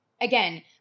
Again